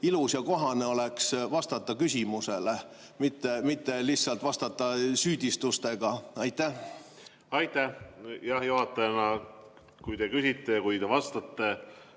ilus ja kohane oleks vastata küsimusele, mitte lihtsalt vastata süüdistustega. Aitäh! Jah, kui te küsite ja kui te vastate,